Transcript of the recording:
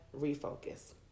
refocus